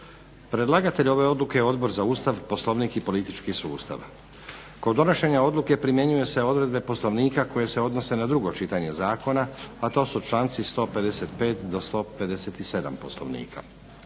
Predlagatelj ove odluke je Odbor za Ustav, Poslovnik i politički sustav. Kod donošenja odluke primjenjuju se odredbe Poslovnika koje se odnose na drugo čitanje zakona, a to su članci 155. do 157. Poslovnika.